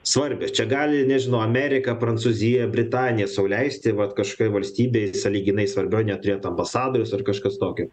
svarbios čia gali nežinau amerika prancūzija britanija sau leisti vat kažkokioj valstybėj sąlyginai svarbioj neturėt ambasadoriaus ar kažkas tokio